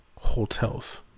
hotels